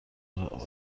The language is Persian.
آورد